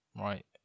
right